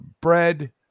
bread